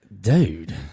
Dude